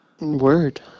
Word